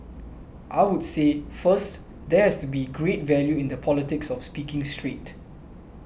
I would say first there has to be great value in the politics of speaking straight